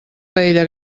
paella